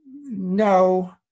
no